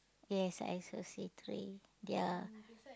yes I also see three they are